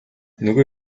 нөгөө